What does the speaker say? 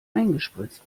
eingespritzt